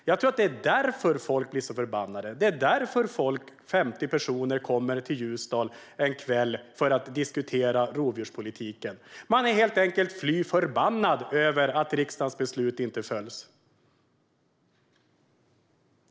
Jag tror att det är därför folk blir så förbannade och att 50 personer kommer till Ljusdal en kväll för att diskutera rovdjurspolitiken. De är helt enkelt fly förbannade över att riksdagens beslut inte följs.